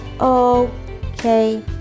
okay